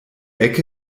ecke